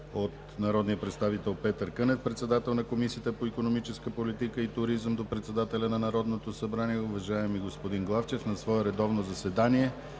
от народния представител Петър Кънев, председател на Комисията по икономическа политика и туризъм, до председателя на Народното събрание. „Уважаеми господин Главчев, на свое редовно заседание,